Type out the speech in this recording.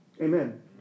Amen